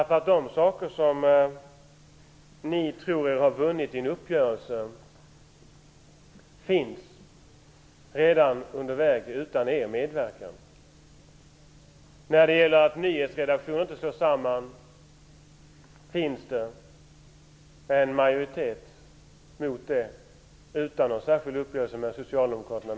De saker som ni tror er ha vunnit i en uppgörelse är redan på väg utan er medverkan. Det finns redan en majoritet mot att nyhetsredaktionerna slås samman, utan någon särskild uppgörelse mellan er och socialdemokraterna.